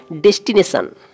destination